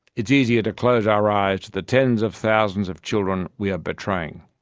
it's easier to close our eyes to the tens of thousands of children we are betraying.